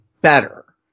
better